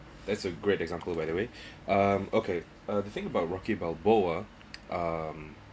that's a great example by the way um okay the thing about rocky balboa um